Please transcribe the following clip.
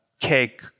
cake